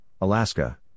Alaska